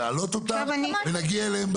להעלות אותן ולהגיע אליהן בסוף.